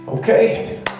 Okay